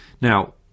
now